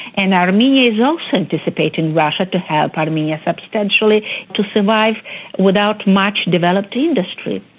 and armenia is also anticipating russia to help armenia substantially to survive without much developed industry.